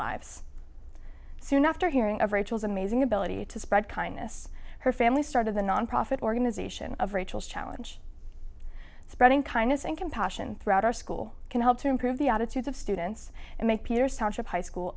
lives soon after hearing of rachel's amazing ability to spread kindness her family started the nonprofit organization of rachel's challenge spreading kindness and compassion throughout our school can help to improve the attitudes of students and make peter's township high school